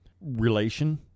relation